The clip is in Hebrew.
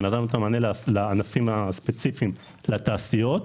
שנתנו את המענה לענפים הספציפיים לתעשיות.